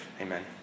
amen